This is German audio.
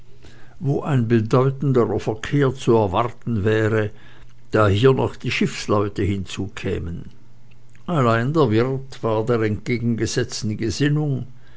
wo ein bedeutenderer verkehr zu erwarten wäre da hier noch die schiffleute hinzukämen allein der wirt war der entgegengesetzten gesinnung